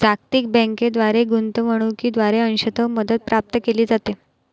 जागतिक बँकेद्वारे गुंतवणूकीद्वारे अंशतः मदत प्राप्त केली जाते